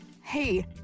Hey